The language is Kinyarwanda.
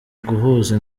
guhuza